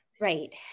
Right